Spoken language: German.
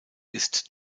ist